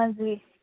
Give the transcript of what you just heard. ਹਾਂਜੀ